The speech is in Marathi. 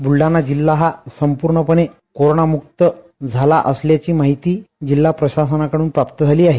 ब्लढाणा जिल्हा हा संपूर्णपने कोरोंना मुक्त झाल्याची माहिती जिल्हा प्रशासनाकडून प्राप्त झाली आहे